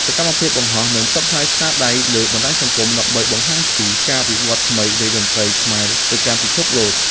សកម្មភាពបង្ហោះ និងផ្សព្វផ្សាយស្នាដៃលើបណ្ដាញសង្គម ដើម្បីបង្ហាញពីការវិវត្តថ្មីនៃតន្ត្រីខ្មែរទៅកាន់ពិភពលោក។